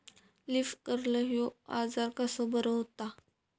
Leaf curl ह्यो आजार कसो बरो व्हता?